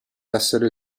essere